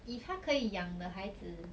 if 他可以养 the 孩子